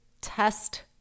test